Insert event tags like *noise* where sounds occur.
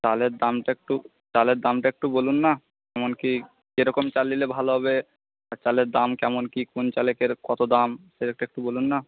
চালের দামটা একটু চালের দামটা একটু বলুন না কেমন কী কীরকম চাল নিলে ভালো হবে আর চালের দাম কেমন কী কোন চালে *unintelligible* কত দাম সেটা একটু বলুন না